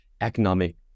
economic